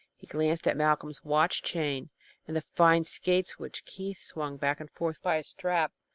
he glanced at malcolm's watch-chain and the fine skates which keith swung back and forth by a strap,